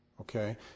Okay